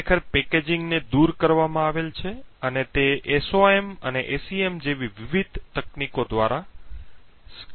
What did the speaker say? ખરેખર પેકેજિંગને દૂર કરવામાં આવેલ છે અને તે SOM અને SEM જેવી વિવિધ તકનીકો દ્વારા સ્કેન કરવામાં આવે છે